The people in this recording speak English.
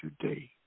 Today